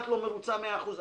את לא מרוצה מאה אחוז,